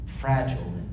fragile